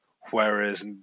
whereas